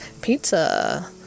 pizza